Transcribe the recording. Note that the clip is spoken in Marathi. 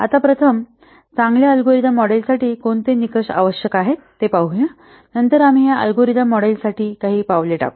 आता प्रथम चांगले अल्गोरिदम मॉडेलसाठी कोणते निकष आवश्यक आहेत ते पाहूया नंतर आम्ही या अल्गोरिदम मॉडेलसाठी पावले टाकू